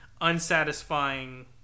unsatisfying